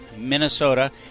Minnesota